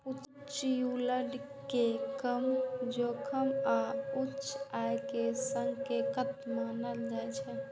उच्च यील्ड कें कम जोखिम आ उच्च आय के संकेतक मानल जाइ छै